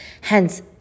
Hence